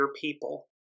people